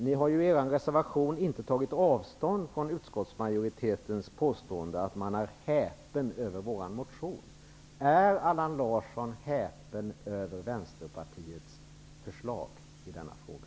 Ni har inte i er reservation tagit avstånd från utskottsmajoritetens påstående att man är häpen över vår motion. Är Allan Larsson häpen över Vänsterpartiets förslag i denna fråga?